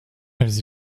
elles